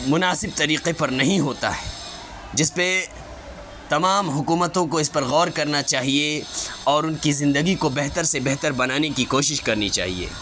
مناسب طریقے پر نہیں ہوتا ہے جس پہ تمام حکومتوں کو اس پر غور کرنا چاہیے اور ان کی زندگی کو بہتر سے بہتر بنانے کی کوشش کرنی چاہیے